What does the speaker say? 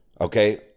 okay